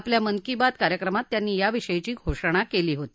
आपल्या मन की बात कार्यक्रमात त्यांनी याविषयीची घोषणा केली होती